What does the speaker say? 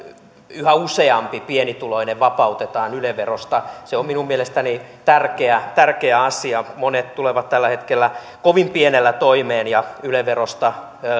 yhä useampi pienituloinen vapautetaan yle verosta se on minun mielestäni tärkeä tärkeä asia monet tulevat tällä hetkellä kovin pienellä toimeen ja yle verosta